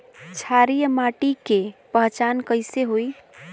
क्षारीय माटी के पहचान कैसे होई?